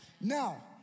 Now